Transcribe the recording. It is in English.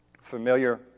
Familiar